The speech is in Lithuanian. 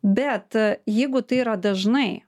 bet jeigu tai yra dažnai